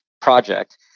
project